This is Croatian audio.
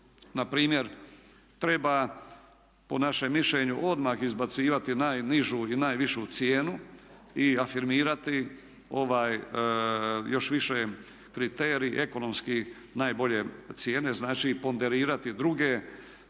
Na primjer treba po našem mišljenju odmah izbacivati najnižu i najvišu cijenu i afirmirati još više kriterij ekonomski najbolje cijene. Znači, ponderirati druge